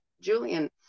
Julian